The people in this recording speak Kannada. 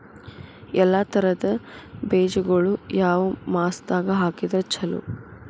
ಎಲ್ಲಾ ತರದ ಬೇಜಗೊಳು ಯಾವ ಮಾಸದಾಗ್ ಹಾಕಿದ್ರ ಛಲೋ?